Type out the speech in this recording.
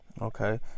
Okay